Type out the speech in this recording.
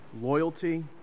Loyalty